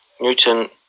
Newton